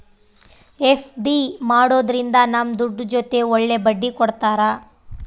FD ಮಾಡೋದ್ರಿಂದ ನಮ್ ದುಡ್ಡು ಜೊತೆ ಒಳ್ಳೆ ಬಡ್ಡಿ ಕೊಡ್ತಾರ